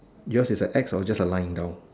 yours is a X or just a lying down